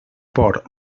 por